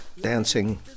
dancing